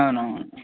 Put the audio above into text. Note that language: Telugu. అవును అవును